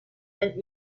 and